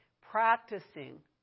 practicing